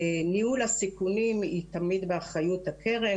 ניהול הסיכונים הוא תמיד באחריות הקרן,